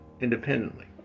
independently